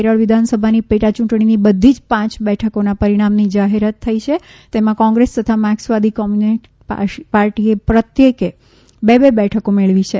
કેરલ વિધાનસભાની પેટાયૂંટણીની બધીજ પાંચ બેઠકોના પરિણામોની જાહેરાત કરવામાં આવી છે તેમાં કોંગ્રેસ તથા માક્સવાદી કોમ્યુનેશ પાર્ટીએ પ્રત્યેકે બબ્બે બેઠકો મેળવી છે